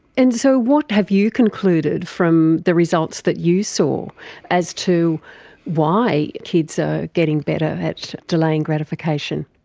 and so what have you concluded from the results that you saw as to why kids are getting better at delaying gratification?